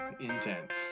Intense